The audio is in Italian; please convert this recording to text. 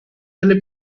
delle